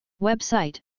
Website